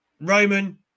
Roman